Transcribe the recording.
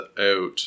out